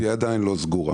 והיא עדיין לא סגורה,